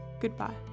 Goodbye